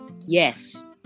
Yes